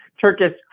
Turkish